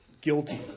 guilty